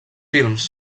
films